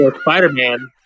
Spider-Man